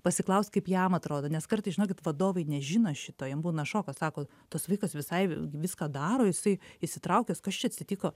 pasiklaust kaip jam atrodo nes kartais žinokit vadovai nežino šito jiem būna šokas sako tas vaikas visai viską daro jisai įsitraukęs kas čia atsitiko